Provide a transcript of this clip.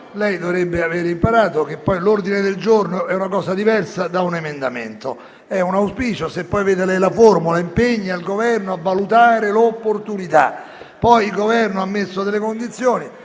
lei dovrebbe avere imparato che l'ordine del giorno è cosa diversa da un emendamento, perché è un auspicio, la cui formula è: «impegna il Governo a valutare l'opportunità»; poi, il Governo ha posto delle condizioni.